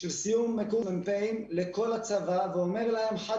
של סיום קורס מ"פים לכל הצבא ואומר להם חד